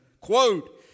quote